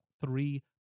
three